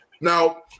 Now